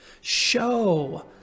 Show